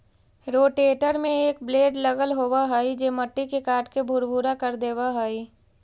rotator में एक blade लगल होवऽ हई जे मट्टी के काटके भुरभुरा कर देवऽ हई